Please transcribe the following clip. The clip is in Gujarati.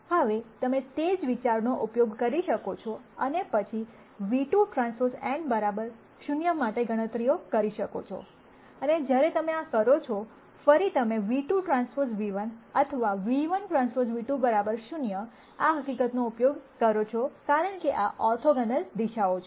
હવે તમે તે જ વિચારનો ઉપયોગ કરી શકે છે અને પછી ν₂Tn 0 માટે ગણતરીઓ કરી શકો છો અને જ્યારે તમે આ કરો છો ફરી તમે ν₂Tν₁ અથવા ν₁Tν₂ 0 આ હકીકત નો ઉપયોગ કરો છો કારણ કે આ ઓર્થોગોનલ દિશાઓ છે